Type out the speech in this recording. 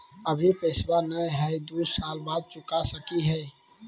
अभि पैसबा नय हय, दू साल बाद चुका सकी हय?